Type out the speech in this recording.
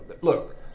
Look